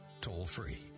toll-free